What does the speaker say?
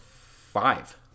five